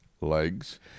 legs